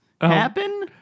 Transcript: happen